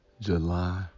July